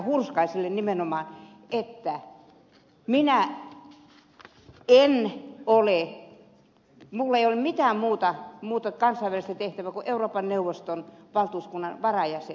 hurskaiselle nimenomaan on että minulla ei ole mitään muuta kansainvälistä tehtävää kuin euroopan neuvoston valtuuskunnan varajäsen